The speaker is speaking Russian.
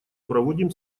проводим